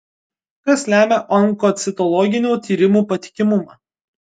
kas lemia onkocitologinių tyrimų patikimumą